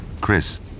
Chris